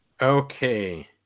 okay